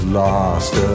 lost